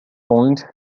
point